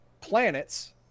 planets